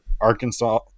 Arkansas